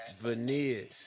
Veneers